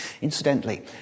Incidentally